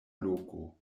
loko